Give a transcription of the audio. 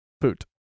Boot